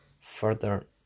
further